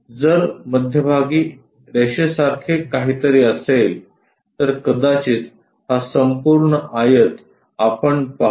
जर मध्यभागी रेषे सारखे काहीतरी असले तर कदाचित हा संपूर्ण आयत आपण पाहू